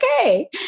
okay